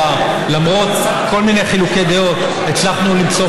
שלמרות כל מיני חילוקי דעות הצלחנו למצוא